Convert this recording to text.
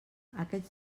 aquests